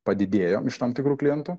padidėjo iš tam tikrų klientų